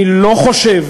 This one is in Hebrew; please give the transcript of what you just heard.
אני לא חושב